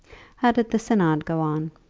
how did the synod go on?